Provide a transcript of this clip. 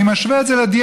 אני משווה את זה לדיאטה.